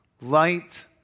Light